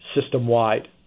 system-wide